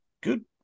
good